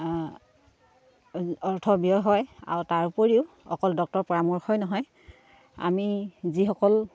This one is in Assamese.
অৰ্থ ব্যয় হয় আৰু তাৰ উপৰিও অকল ডক্তৰ পৰামৰ্শই নহয় আমি যিসকল